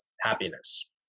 happiness